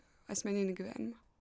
asmeninį gyvenimą